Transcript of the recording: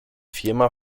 firma